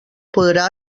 podrà